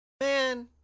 man